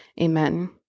Amen